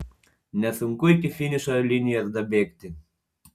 nesunku iki finišo linijos dabėgti